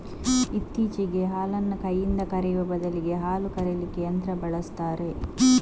ಇತ್ತೀಚೆಗೆ ಹಾಲನ್ನ ಕೈನಿಂದ ಕರೆಯುವ ಬದಲಿಗೆ ಹಾಲು ಕರೀಲಿಕ್ಕೆ ಯಂತ್ರ ಬಳಸ್ತಾರೆ